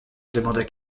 demanda